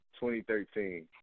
2013